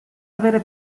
avere